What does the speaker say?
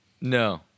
No